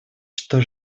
что